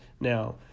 Now